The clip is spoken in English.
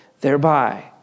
thereby